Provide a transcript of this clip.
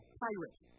pirate